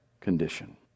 condition